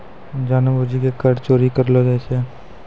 जानि बुझि के कर चोरी करलो जाय छै